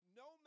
no